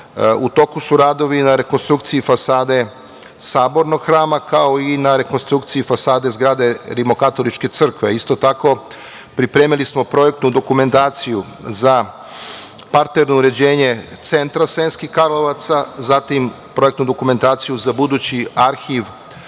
toku su radovi na rekonstrukciji fasade Sabornog hrama, kao i na rekonstrukciji fasade zgrade Rimokatoličke crkve. Isto tako, pripremili smo projektnu dokumentaciju za parterno uređenje centra Sremskih Karlovaca, zatim, projektnu dokumentaciju za budući arhiv,